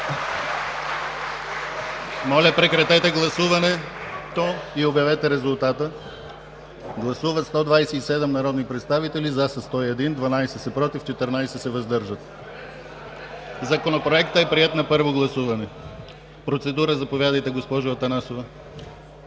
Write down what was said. Моля, прекратете гласуването и обявете резултата. Гласували 127 народни представители: за 101, против 12, въздържали се 14. Законопроектът е приет на първо гласуване. Процедура – заповядайте, госпожо Атанасова.